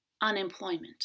Unemployment